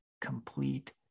complete